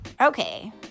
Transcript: okay